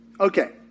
Okay